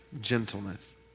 gentleness